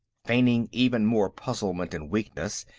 feigning even more puzzlement and weakness,